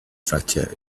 structure